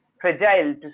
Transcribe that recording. fragile